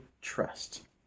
trust